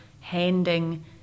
handing